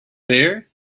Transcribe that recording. there